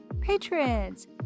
patrons